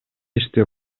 ишти